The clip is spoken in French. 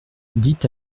dit